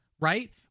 right